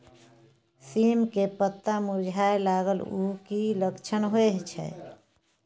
सीम के पत्ता मुरझाय लगल उ कि लक्षण होय छै?